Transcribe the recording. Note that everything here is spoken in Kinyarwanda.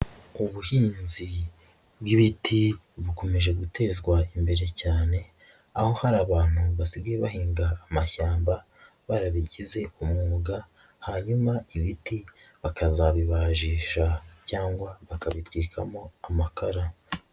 Ubuhinzi bw'ibiti bukomeje gutezwa imbere cyane, aho hari abantu basigaye bahinga amashyamba barabigize umwuga, hanyuma ibiti bakazabibajisha cyangwa bakabitwikamo amakara.